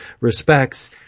respects